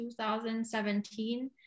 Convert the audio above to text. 2017